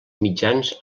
mitjans